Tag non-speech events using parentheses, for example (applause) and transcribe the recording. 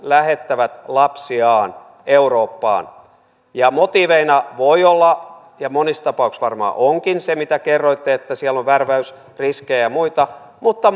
lähettävät lapsiaan eurooppaan ja motiiveina voi olla ja monissa tapauksissa varmaan onkin se mitä kerroitte että siellä on värväysriskejä ja muita mutta (unintelligible)